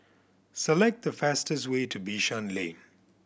select the fastest way to Bishan Lane